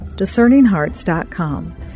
Discerninghearts.com